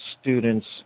students